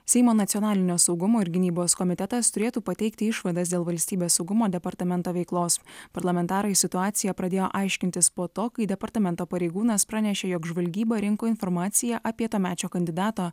seimo nacionalinio saugumo ir gynybos komitetas turėtų pateikti išvadas dėl valstybės saugumo departamento veiklos parlamentarai situaciją pradėjo aiškintis po to kai departamento pareigūnas pranešė jog žvalgyba rinko informaciją apie tuomečio kandidato